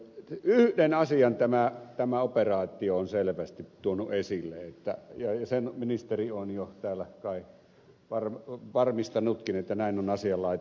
yhden asian tämä operaatio on selvästi tuonut esille ja sen ministeri on jo täällä kai varmistanutkin että näin on asianlaita